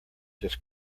this